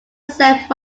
sent